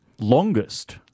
Longest